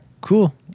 Cool